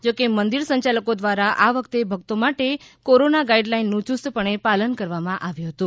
જોકે મંદિર સંચાલકો દ્વારા આ વખતે ભક્તો માટે કોરોના ગાઈડ લાઈન્સનું યુસ્તપણે પાલન કરવામાં આવ્યું હતું